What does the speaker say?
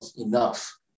enough